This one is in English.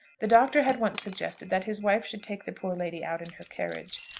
the doctor had once suggested that his wife should take the poor lady out in her carriage.